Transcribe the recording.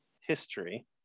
history